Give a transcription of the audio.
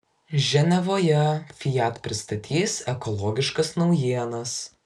ženevoje fiat pristatys ekologiškas naujienas